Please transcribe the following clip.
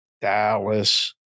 Dallas